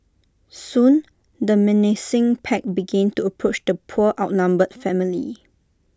soon the menacing pack begin to approach the poor outnumbered family